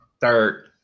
Third